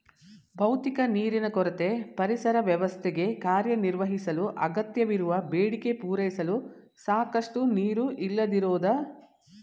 ಭೌತಿಕ ನೀರಿನ ಕೊರತೆ ಪರಿಸರ ವ್ಯವಸ್ಥೆಗೆ ಕಾರ್ಯನಿರ್ವಹಿಸಲು ಅಗತ್ಯವಿರುವ ಬೇಡಿಕೆ ಪೂರೈಸಲು ಸಾಕಷ್ಟು ನೀರು ಇಲ್ಲದಿರೋದು